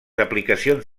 aplicacions